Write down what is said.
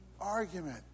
argument